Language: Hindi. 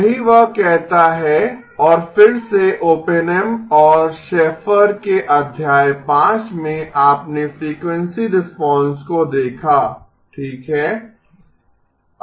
यही वह कहता है और फिर से ओप्पेनहेम और शेफ़र के अध्याय 5 में आपने फ्रीक्वेंसी रिस्पांस को देखा ठीक है